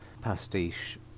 pastiche